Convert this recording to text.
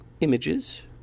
images